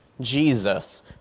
Jesus